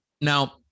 Now